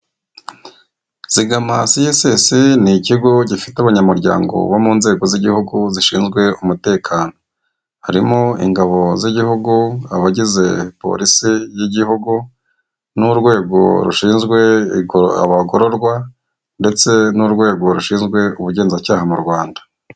Zigama siyesesi n'ikigo gifite abanyamuryango bo mu nzego z'igihugu zishinzwe umutekano, Harimo ingabo z'igihugu, abagize polisi y'igihugu, n'urwego rushinzwe abagororwa ndetse n'urwego rushinzwe ubugenzacyaha mu Rwanda.